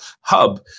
hub